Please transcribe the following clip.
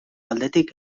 aldetik